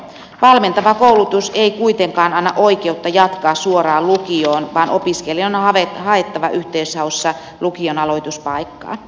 valmentava koulutus ei kuitenkaan anna oikeutta jatkaa suoraan lukioon vaan opiskelijan on haettava yhteishaussa lukion aloituspaikkaa